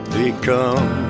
become